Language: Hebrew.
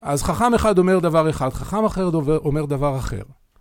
אז חכם אחד אומר דבר אחד, חכם אחר אומר דבר אחר.